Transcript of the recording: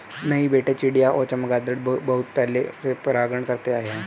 नहीं बेटे चिड़िया और चमगादर भी बहुत पहले से परागण करते आए हैं